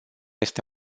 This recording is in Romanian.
este